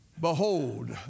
Behold